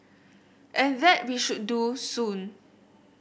and that we should do soon